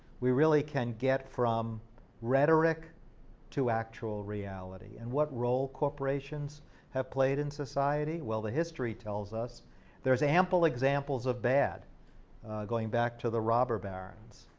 we really can get from rhetoric to actual reality and what role corporations have played in society, well the history tells us there's ample examples of bad going back to the robber barons.